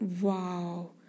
wow